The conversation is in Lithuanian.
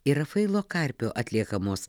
ir rafailo karpio atliekamos